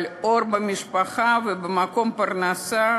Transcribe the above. אבל אור במשפחה ומקום פרנסה